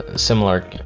similar